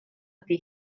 ydy